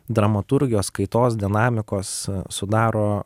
dramaturgijos kaitos dinamikos sudaro